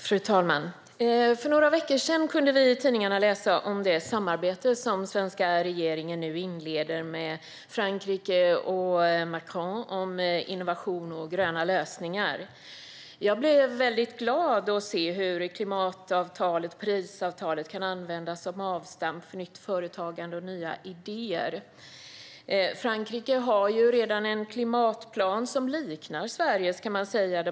Fru talman! För några veckor sedan kunde vi i tidningarna läsa om det samarbete som den svenska regeringen nu inleder med Frankrike och Macron om innovation och gröna lösningar. Jag blev väldigt glad över att klimatavtalet, Parisavtalet, kan användas som avstamp för nytt företagande och nya idéer. Frankrike har ju redan en klimatplan som liknar Sveriges plan.